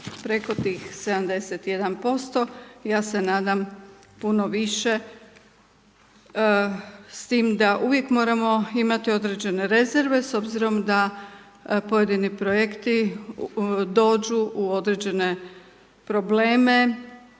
preko tih 71% ja se nadam puno više. S tim da uvijek moramo imati određene rezerve s obzirom da pojedini projekti dođu u određene probleme